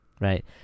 Right